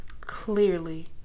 Clearly